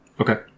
Okay